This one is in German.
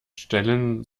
stellen